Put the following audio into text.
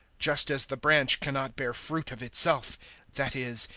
just as the branch cannot bear fruit of itself that is,